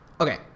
okay